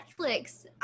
Netflix